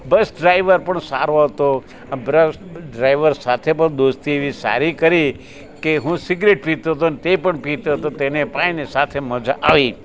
બસ driver પણ સારો હતો આ બસ ડ્રાઇવર સાથે પણ દોસ્તી એવી સારી કરી કે હું સિગારેટ પીતો તો ને તે પણ પીતો તો તેને પાઈને સાથે મજા આવી